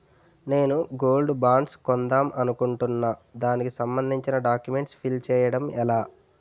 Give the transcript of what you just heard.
నేను gold bonds కొందాం అనుకుంటున్నా దానికి సంబందించిన డాక్యుమెంట్స్ ఫిల్ చేయడం ఎలా?